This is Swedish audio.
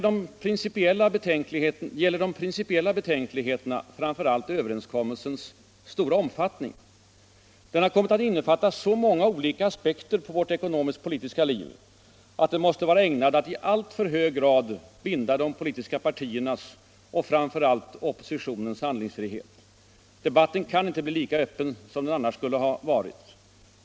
De principiella betänkligheterna gäller framför allt överenskommelsens stora omfattning. Den har kommit att innefatta så många skilda aspekter av vårt ekonomisk-politiska liv att den måste vara ägnad att i alltför hög grad binda de politiska partierna och framför allt oppositionens handlingsfrihet. Debatten kan inte bli lika öppen som den annars skulle ha varit.